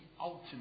ultimate